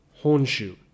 Honshu